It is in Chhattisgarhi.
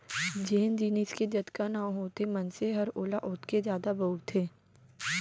जेन जिनिस के जतका नांव होथे मनसे हर ओला ओतके जादा बउरथे